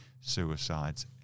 suicides